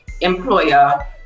employer